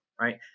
Right